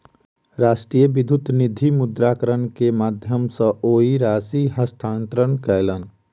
राष्ट्रीय विद्युत निधि मुद्रान्तरण के माध्यम सॅ ओ राशि हस्तांतरण कयलैन